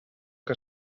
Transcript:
que